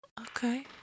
Okay